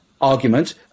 argument